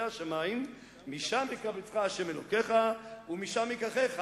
השמים משם יקבצך ה' אלוקיך ומשם יקחך".